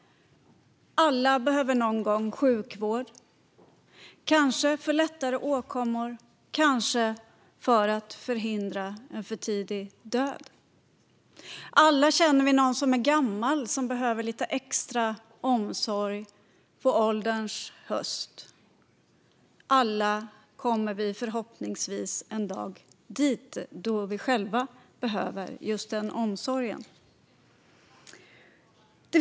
Alla behöver någon gång sjukvård, kanske för lättare åkommor, kanske för att förhindra en för tidig död. Alla känner vi någon som är gammal och som behöver lite extra omsorg på ålderns höst. Alla kommer vi förhoppningsvis dit och behöver då själva just denna omsorg.